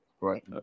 Right